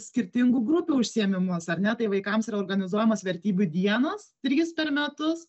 skirtingų grupių užsiėmimus ar ne tai vaikams yra organizuojamos vertybių dienos trys per metus